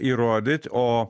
įrodyt o